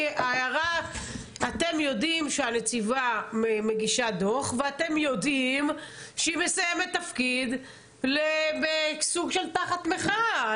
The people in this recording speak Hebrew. אתם יודעים שהנציבה מגישה דוח ואתם יודעים שהיא מסיימת תפקיד תחת מחאה.